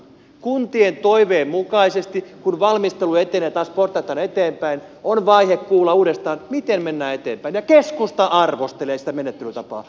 kuntien toiveen mukaisesti kun valmistelu etenee taas portaittain eteenpäin on vaihe kuulla uudestaan miten mennään eteenpäin ja keskusta arvostelee sitä menettelytapaa